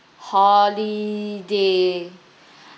holiday